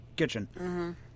kitchen